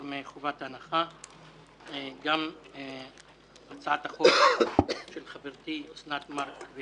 מחובת הנחה את הצעת החוק של חברתי אוסנת מארק,